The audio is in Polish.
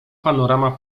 panorama